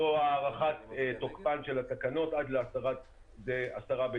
זו הארכת תוקפן של התקנות עד 10 בדצמבר.